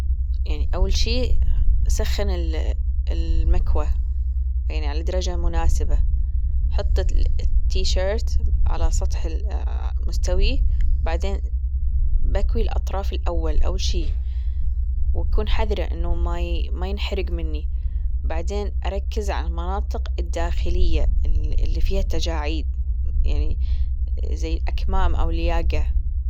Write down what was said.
يعني أول شيء أبسخن المكواة، يعني على درجة مناسبة حط التيشرت على سطح مستوي بعدين بأكوي الأطراف الأول أول شي وتكون حذرة أنه ما ما ينحرق مني بعدين أركز على المناطق الداخلية اللي فيها تجاعيد يعني زي أكمام أو الياقة.